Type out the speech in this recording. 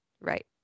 Right